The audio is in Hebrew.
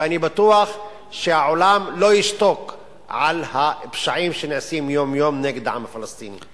ואני בטוח שהעולם לא ישתוק על הפשעים שנעשים יום-יום נגד העם הפלסטיני.